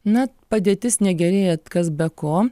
na padėtis negerėja kas be ko